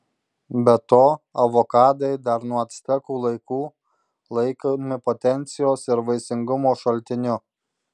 be to avokadai dar nuo actekų laikų laikomi potencijos ir vaisingumo šaltiniu